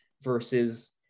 versus